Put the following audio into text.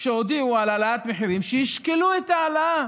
שהודיעו על העלאות מחירים, שישקלו את ההעלאה.